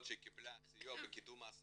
אתם יכולים לראות שהיא קיבלה סיוע בקידום העסקה,